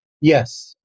Yes